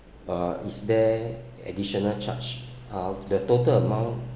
uh is there additional charge how the total amount